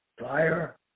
Fire